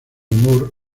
moore